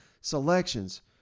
selections